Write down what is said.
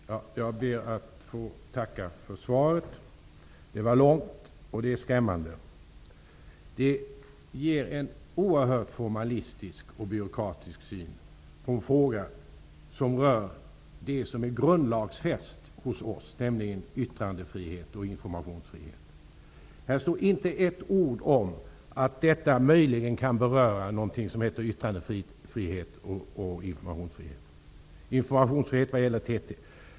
Fru talman! Jag ber att få tacka för svaret. Det var långt, och det är skrämmande. Det ger en oerhört formalistisk och byråkratisk syn på frågan, som rör det som hos oss är grundlagsfäst, nämligen yttrandefrihet och informationsfrihet. Här står inte ett ord om att detta möjligen kan beröra någonting som heter yttrandefrihet, och informationsfrihet vad gäller TT.